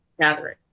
gathering